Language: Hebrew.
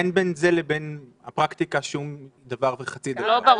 אין בין זה לבין הפרקטיקה שום דבר וחצי דבר.